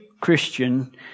Christian